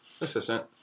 assistant